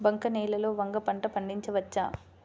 బంక నేలలో వంగ పంట పండించవచ్చా?